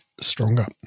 stronger